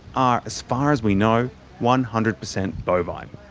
are as far as we know one hundred per cent bovine.